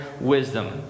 wisdom